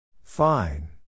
Fine